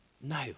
No